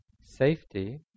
safety